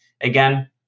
again